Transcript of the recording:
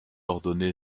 ordonné